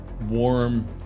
warm